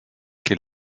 quel